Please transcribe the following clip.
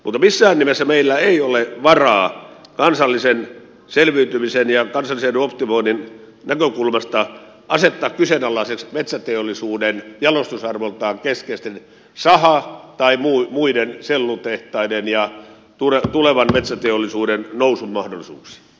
mutta missään nimessä meillä ei ole varaa kansallisen selviytymisen ja kansallisen edun optimoinnin näkökulmasta asettaa kyseenalaiseksi metsäteollisuuden jalostusarvoltaan keskeisten sahojen sellutehtaiden tai muiden ja tulevan metsäteollisuuden nousun mahdollisuuksia